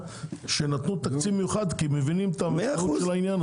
נתנו תקציב מיוחד לעניין כי מבינים את המשמעות שלו.